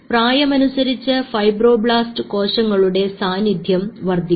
പ്രായമനുസരിച്ച് fibroblast കോശങ്ങളുടെ സാന്നിധ്യം വർദ്ധിക്കും